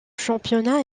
championnat